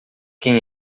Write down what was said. quem